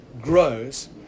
grows